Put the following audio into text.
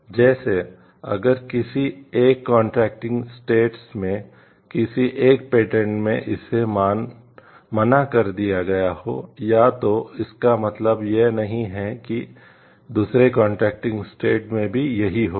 जैसे अगर किसी एक कॉन्ट्रैक्टिंग स्टेट्स में किसी एक पेटेंट में इसे मना कर दिया गया हो या तो इसका मतलब यह नहीं है कि दूसरे कॉन्ट्रैक्टिंग स्टेट्स में भी यही होगा